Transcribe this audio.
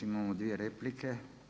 Imamo dvije replike.